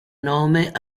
nome